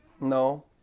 No